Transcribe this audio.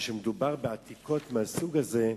כשמדובר בעתיקות מהסוג הזה,